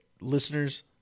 listeners